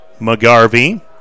McGarvey